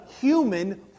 human